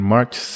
March